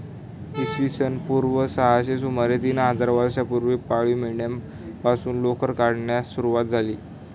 इसवी सन पूर्व सहाशे सुमारे तीन हजार वर्षांपूर्वी पाळीव मेंढ्यांपासून लोकर काढण्यास सुरवात झाली